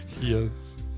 Yes